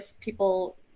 People